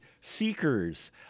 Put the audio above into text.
Seekers